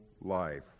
life